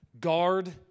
guard